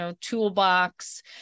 toolbox